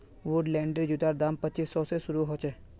वुडलैंडेर जूतार दाम पच्चीस सौ स शुरू ह छेक